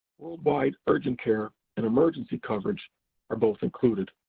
worldwide urgent care and emergency coverage are both included.